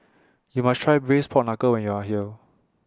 YOU must Try Braised Pork Knuckle when YOU Are here